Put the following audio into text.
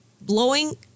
blowing